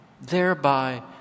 thereby